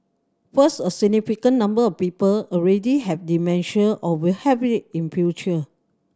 first a significant number of people already have dementia or will have it in future